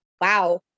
wow